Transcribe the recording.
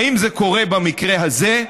האם זה קורה במקרה הזה?